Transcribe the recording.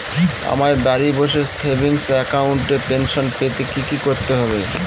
আমায় বাড়ি বসে সেভিংস অ্যাকাউন্টে পেনশন পেতে কি কি করতে হবে?